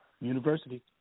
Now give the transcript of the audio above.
University